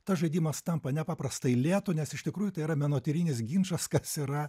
tas žaidimas tampa nepaprastai lėtu nes iš tikrųjų tai yra menotyrinis ginčas kas yra